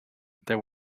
there